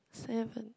seven